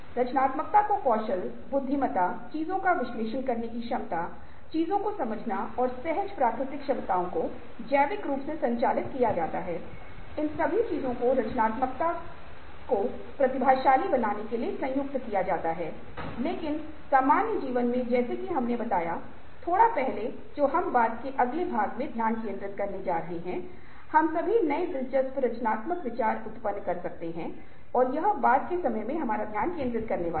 रचनात्मकता को कौशल बुद्धिमत्ता चीजों का विश्लेषण करने की क्षमता चीजों को समझना और सहज प्राकृतिक क्षमताओं को जैविक रूप से संचालित किया जाता है इन सभी चीजों को रचनात्मकता को प्रतिभाशाली बनाने के लिए संयुक्त किया जाना है लेकिन सामान्य जीवन में जैसा कि हमने बताया थोड़ा पहले जो हम बात के अगले भाग में ध्यान केंद्रित करने जा रहे हैं हम सभी नए दिलचस्प रचनात्मक विचार उत्पन्न कर सकते हैं और यह बाद के समय में हमारा ध्यान केंद्रित करने वाला है